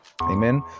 Amen